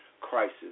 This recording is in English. crisis